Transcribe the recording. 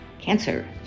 Cancer